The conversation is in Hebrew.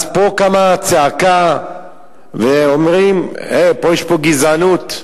אז פה קמה צעקה ואומרים: יש פה גזענות.